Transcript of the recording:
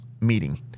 meeting